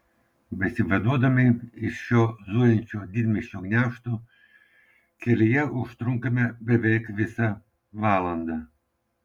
besivaduodami iš šio zujančio didmiesčio gniaužtų kelyje užtrunkame beveik visą valandą